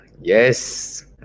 Yes